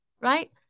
right